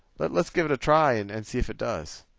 but let's give it a try and and see if it does.